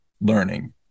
learning